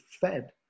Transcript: fed